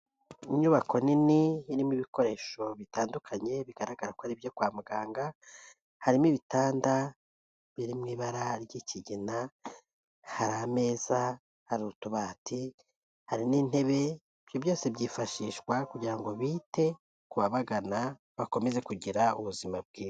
Inyubako nini irimo ibikoresho bitandukanye, bigaragara ko ari ibyo kwa muganga, harimo ibitanda biri mu ibara ry'ikigina, hari ameza, hari utubati, hari n'intebe, ibyo byose byifashishwa kugira ngo bite ku babagana, bakomeze kugira ubuzima bwiza.